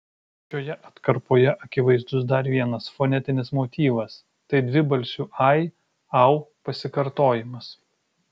šioje atkarpoje akivaizdus dar vienas fonetinis motyvas tai dvibalsių ai au pasikartojimas